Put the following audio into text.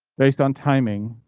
based on timing,